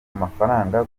amafaranga